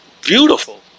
beautiful